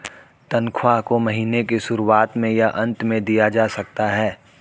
तन्ख्वाह को महीने के शुरुआत में या अन्त में दिया जा सकता है